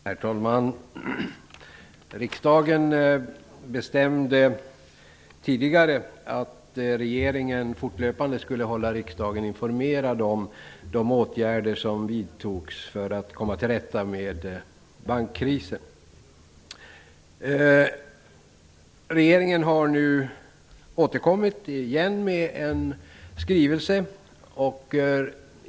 Herr talman! Riksdagen bestämde tidigare att regeringen fortlöpande skulle hålla riksdagen informerad om de åtgärder som vidtogs för att komma till rätta med bankkrisen. Regeringen har nu återkommit med en skrivelse.